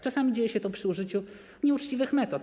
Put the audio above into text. Czasami dzieje się to przy użyciu nieuczciwych metod.